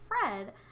Fred